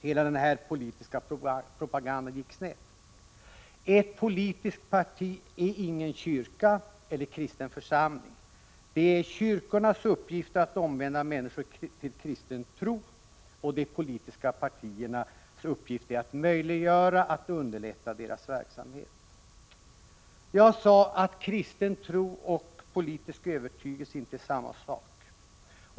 Hela den här politiska propagandan gick snett. Ett politiskt parti är ingen kyrka eller kristen församling. Det är kyrkornas uppgift att omvända människor till kristen tro. De politiska partiernas uppgift är att möjliggöra, att underlätta, deras verksamhet. Jag sade att kristen tro och politisk övertygelse inte är samma sak.